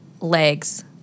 legs